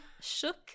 shook